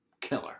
killer